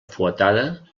fuetada